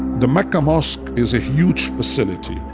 the mecca mosque is a huge facility,